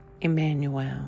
Emmanuel